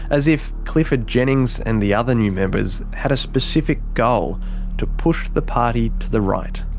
as if clifford jennings and the other new members had a specific goal to push the party to the right.